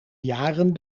jaren